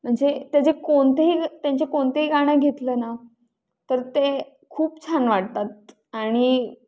म्हणजे त्याचे कोणतेही त्यांचे कोणतेही गाणं घेतलं ना तर ते खूप छान वाटतात आणि